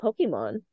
Pokemon